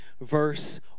verse